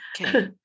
Okay